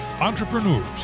entrepreneurs